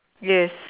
yes